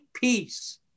peace